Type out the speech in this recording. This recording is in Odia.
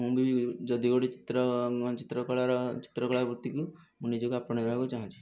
ମୁଁ ବି ଯଦି ଗୋଟିଏ ଚିତ୍ର ଚିତ୍ରକଳାର ଚିତ୍ରକଳା ବୃତ୍ତିକୁ ମୁଁ ନିଜକୁ ଆପଣାଇବାକୁ ଚାହୁଁଛି